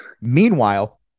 meanwhile